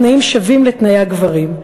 בתנאים שווים לתנאי הגברים,